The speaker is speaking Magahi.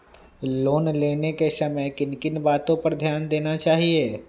लोन लेने के समय किन किन वातो पर ध्यान देना चाहिए?